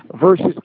versus